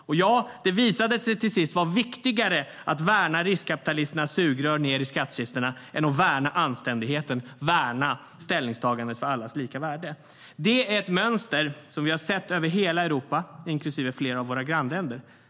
Och, ja, det visade sig till sist vara viktigare att värna riskkapitalisternas sugrör ned i skattkistorna än att värna anständigheten, värna ställningstagandet för allas lika värde. Det är ett mönster som vi har sett över hela Europa, inklusive flera av våra grannländer.